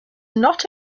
not